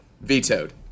Vetoed